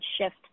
shift